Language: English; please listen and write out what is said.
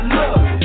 love